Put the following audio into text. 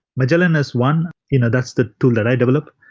magellan has one, you know that's the tool that i develop,